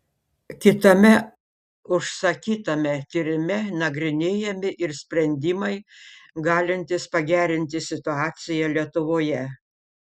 kitame užsakytame tyrime nagrinėjami ir sprendimai galintys pagerinti situaciją lietuvoje